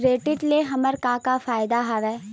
Credit ले हमन का का फ़ायदा हवय?